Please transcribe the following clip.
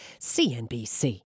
CNBC